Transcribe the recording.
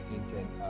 intent